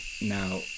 now